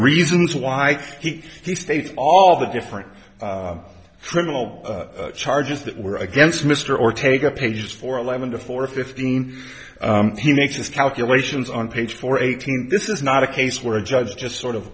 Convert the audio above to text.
reasons why he states all the different criminal charges that were against mr ortega pages for eleven to four fifteen he makes his calculations on page four eighteen this is not a case where a judge has just sort of